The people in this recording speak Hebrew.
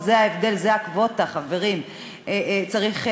זה ההבדל, זה הדלתא, חברים, צריך לזכור.